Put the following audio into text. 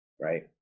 right